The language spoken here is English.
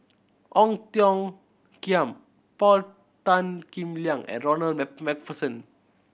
Ong Tiong Khiam Paul Tan Kim Liang and Ronald Macpherson